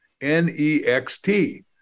N-E-X-T